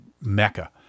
mecca